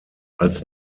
als